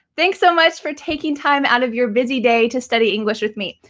thanks so much for taking time out of your busy day to study english with me.